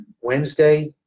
Wednesday